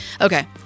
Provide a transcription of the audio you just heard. Okay